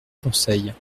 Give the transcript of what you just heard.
conseille